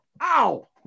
Ow